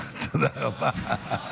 תודה רבה.